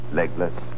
legless